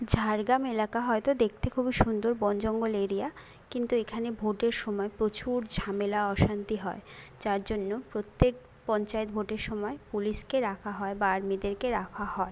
ঝাড়গ্রাম এলাকা হয়তো দেখতে খুবই সুন্দর বন জঙ্গল এরিয়া কিন্তু এখানে ভোটের সময় প্রচুর ঝামেলা অশান্তি হয় যার জন্য প্রত্যেক পঞ্চায়েত ভোটের সময় পুলিশকে রাখা হয় বা আর্মিদেরকে রাখা হয়